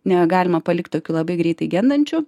negalima palikt tokių labai greitai gendančių